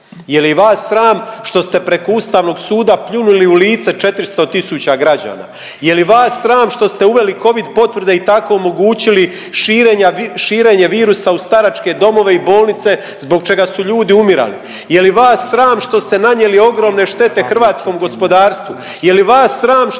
Je li vas sram što ste preko Ustavnog suda pljunuli u lice 400 tisuća građana, je li vas sram što ste uveli covid potvrde i tako omogućili širenja, širenje virusa u staračke domove i bolnice zbog čega su ljudi umirali? Je li vas sram što ste nanijeli ogromne štete hrvatskom gospodarstvu?